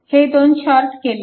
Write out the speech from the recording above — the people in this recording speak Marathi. हे दोन शॉर्ट केले